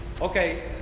Okay